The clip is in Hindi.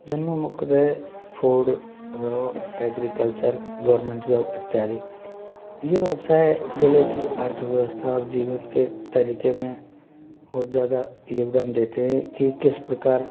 जिनमें मुख्यतः food raw agriculture government job इत्यादि यह व्यवसाय अर्थव्यवस्था और जीवन के तरीके में बहुत ज़्यादा योगदान देते हैं कि किस प्रकार